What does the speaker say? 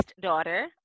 daughter